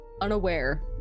unaware